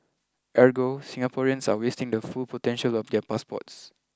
ergo Singaporeans are wasting the full potential of their passports